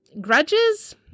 grudges